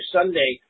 Sunday